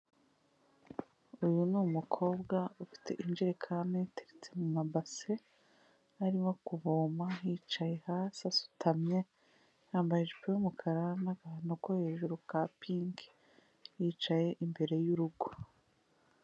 Uyu ni umukobwa ufite injerekani iteretse mu mabase, arimo kuvoma yicaye hasi asutamye, yambaye ijipo y'umukara n'akantu ko hejuru ka pink. Yicaye imbere y'urugo.